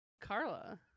carla